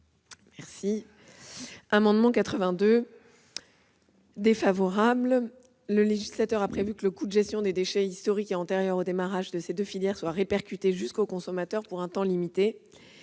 à l'amendement n° 82 rectifié. Le législateur a prévu que le coût de gestion des déchets historiques et antérieurs au démarrage de ces deux filières soit répercuté jusqu'au consommateur pour un temps limité.